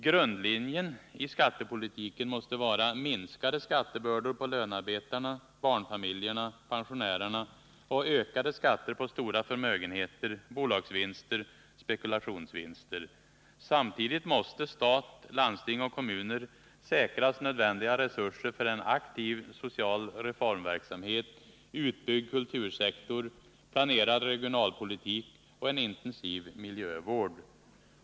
Grundlinjen i skattepolitiken måste vara minskade skattebördor för lönarbetarna, barnfamiljerna och pensionärerna samt ökade skatter på stora förmögenheter, bolagsvinster och spekulationsvinster. Samtidigt måste stat, landsting och kommuner tillförsäkras nödvändiga resurser för en aktiv social reformverksamhet, utbyggd kultursektor, planerad regionalpolitik och en intensiv miljövård.